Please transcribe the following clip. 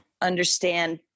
understand